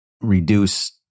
reduce